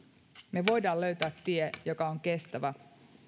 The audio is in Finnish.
me voimme löytää tien joka on kestävä